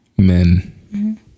men